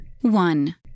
One